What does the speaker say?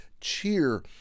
cheer